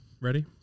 Ready